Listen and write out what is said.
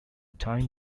time